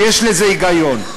שיש לזה היגיון.